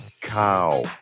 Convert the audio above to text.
cow